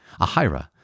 Ahira